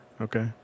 Okay